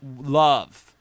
love